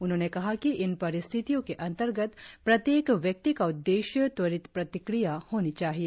उन्होंने कहा कि इन परिस्थितियों के अंतर्गत प्रत्येक व्यक्ति का उद्देश्य त्वरित प्रतिक्रिया होनी चाहिए